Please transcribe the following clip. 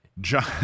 John